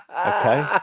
okay